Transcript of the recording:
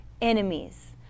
enemies